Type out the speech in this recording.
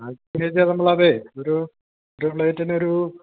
നാൽപത് കെ ജി നമ്മളതേ ഒരൂ ഒരു പ്ലേറ്റിനൊരു